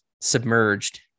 submerged